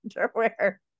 underwear